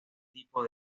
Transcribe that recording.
tipo